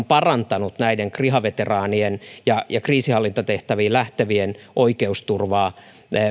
parantanut näiden kriha veteraanien ja ja kriisinhallintatehtäviin lähtevien oikeusturvaa